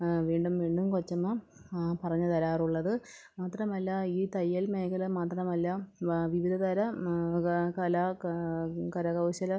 വീണ്ടും വീണ്ടും കൊച്ചമ്മ പറഞ്ഞ് തരാറുള്ളത് മാത്രമല്ല ഈ തയ്യൽ മേഖല മാത്രമല്ല വിവിധതര കാ കലാകാ കരകൗശല